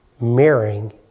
mirroring